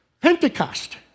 Pentecost